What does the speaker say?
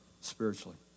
spiritually